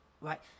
Right